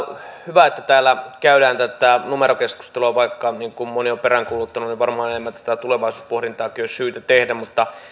hyvä että täällä käydään tätä numerokeskustelua vaikka niin kuin moni on peräänkuuluttanut varmaan enemmän tätä tätä tulevaisuuspohdintaakin olisi syytä tehdä mutta